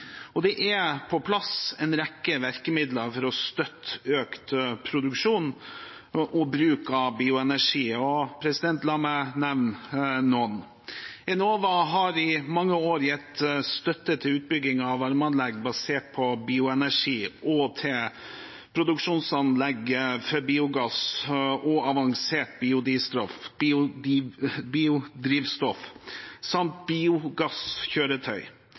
virkemidler er kommet på plass for å støtte økt produksjon og bruk av bioenergi. La meg nevne noen. Enova har i mange år gitt støtte til utbygging av varmeanlegg basert på bioenergi og til produksjonsanlegg for biogass og avansert biodrivstoff samt